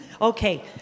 okay